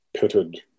pitted